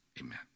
amen